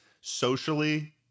socially